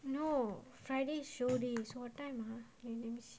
no friday show day so what time ah let me see